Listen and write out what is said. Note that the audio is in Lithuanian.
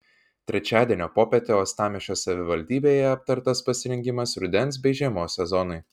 trečiadienio popietę uostamiesčio savivaldybėje aptartas pasirengimas rudens bei žiemos sezonui